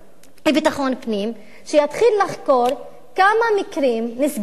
לביטחון פנים, שיתחיל לחקור כמה מקרים נסגרו,